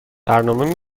برنامه